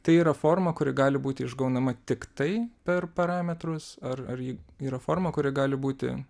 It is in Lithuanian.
tai yra forma kuri gali būti išgaunama tiktai per parametrus ar ar ji yra forma kuri gali būti